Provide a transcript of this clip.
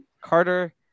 Carter